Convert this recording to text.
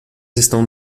estão